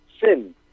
sin